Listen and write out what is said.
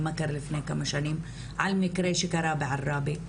מכר לפני כמה שנים על מקרה שקרה בעראבה.